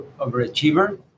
overachiever